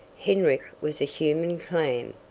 hendrick was a human clam.